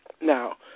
Now